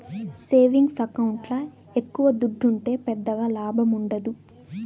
savings ఎకౌంట్ల ఎక్కవ దుడ్డుంటే పెద్దగా లాభముండదు